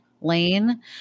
lane